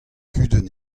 kudenn